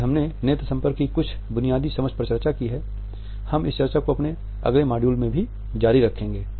तो आज हमने नेत्र संपर्क की कुछ बुनियादी समझ पर चर्चा की है हम इस चर्चा को अपने अगले मॉड्यूल में भी जारी रखेंगे